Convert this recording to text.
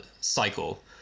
cycle